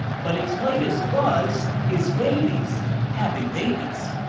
but its latest buzz is babies having babies.